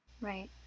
right